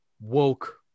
woke